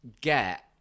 get